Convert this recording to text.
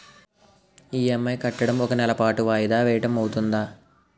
EMI కట్టడం ఒక నెల పాటు వాయిదా వేయటం అవ్తుందా?